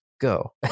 Go